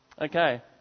Okay